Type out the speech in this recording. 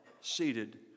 seated